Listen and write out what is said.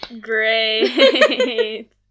great